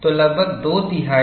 तो लगभग दो तिहाई